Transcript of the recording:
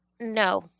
no